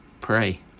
pray